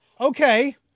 Okay